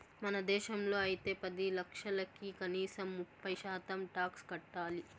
మన దేశంలో అయితే పది లక్షలకి కనీసం ముప్పై శాతం టాక్స్ కట్టాలి